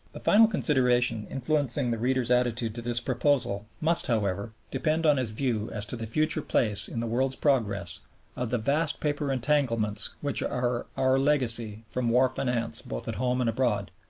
the final consideration influencing the reader's attitude to this proposal must, however, depend on his view as to the future place in the world's progress of the vast paper entanglements which are our legacy from war finance both at home and abroad.